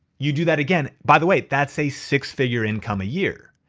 you do that again. by the way, that's a six figure income a year.